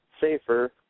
safer